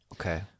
Okay